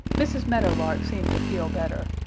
mrs. meadow lark seemed to feel better.